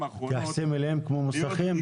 מתייחסים אליהם כמו אל מוסכים.